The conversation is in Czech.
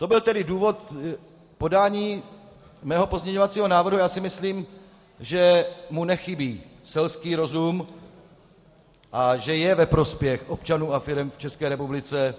To byl tedy důvod podání mého pozměňovacího návrhu a já si myslím, že mu nechybí selský rozum a že je ve prospěch občanů a firem v České republice.